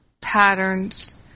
patterns